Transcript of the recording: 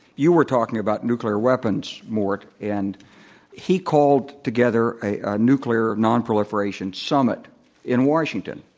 you were talking about nuclear weapons, mort. and he called together a nuclear non proliferation summit in washington.